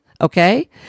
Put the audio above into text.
Okay